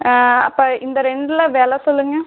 அப்போ இந்த ரெண்டில் விலை சொல்லுங்க